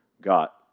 got